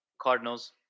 Cardinals